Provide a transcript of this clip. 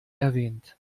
erwähnt